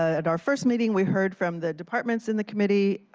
at our first meeting, we heard from the departments and the committee.